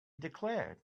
declared